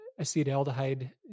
acetaldehyde